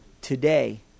Today